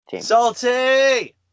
salty